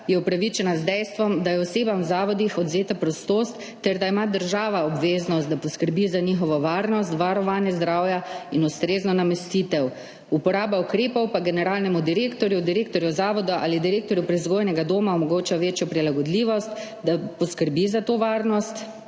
je upravičena z dejstvom, da je osebam v zavodih odvzeta prostost ter da ima država obveznost, da poskrbi za njihovo varnost, varovanje zdravja in ustrezno namestitev. Uporaba ukrepov pa generalnemu direktorju, direktorju zavoda ali direktorju prevzgojnega doma omogoča večjo prilagodljivost, da poskrbi za to varnost